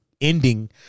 ending